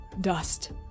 dust